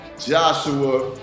Joshua